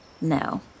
No